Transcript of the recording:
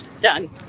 done